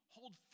Hold